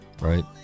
right